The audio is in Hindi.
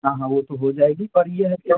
हाँ हाँ वह तो हो जाएगी पर यह है कि